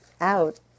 out